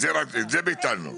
את זה ביטלנו.